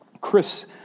Chris